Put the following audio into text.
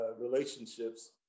relationships